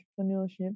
entrepreneurship